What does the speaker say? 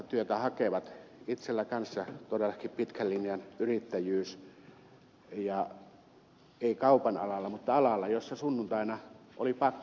itselläni on myös todellakin pitkän linjan yrittäjyys ei kaupan alalla mutta alalla jossa sunnuntaina oli pakko toimia